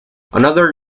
another